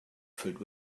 filled